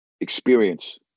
experience